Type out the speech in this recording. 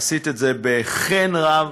עשית את זה בחן רב,